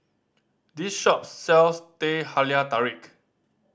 this shop sells Teh Halia Tarik